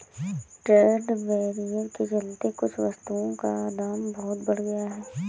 trade barrier के चलते कुछ वस्तुओं का दाम बहुत बढ़ गया है